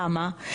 למה?